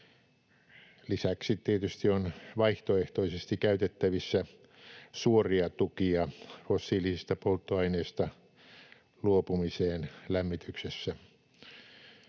Lisäksi tietysti on vaihtoehtoisesti käytettävissä suoria tukia fossiilisista polttoaineista luopumiseen lämmityksessä.